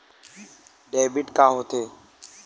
Debit का होथे?